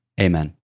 Amen